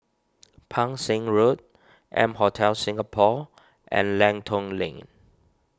Pang Seng Road M Hotel Singapore and Lenton Lane